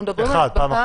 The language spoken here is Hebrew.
אנחנו מדברים על הדבקה